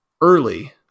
early